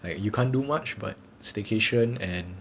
like you can't do much but staycation and